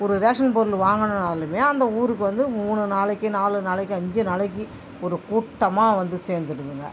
ஒரு ரேஷன் பொருள் வாங்கணுனாலுமே அந்த ஊருக்கு வந்து மூணு நாளைக்கு நாலு நாளைக்கு அஞ்சு நாளைக்கு ஒரு கூட்டமாக வந்து சேர்ந்துடுதுங்க